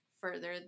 further